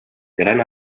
gran